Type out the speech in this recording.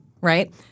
right